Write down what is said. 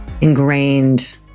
ingrained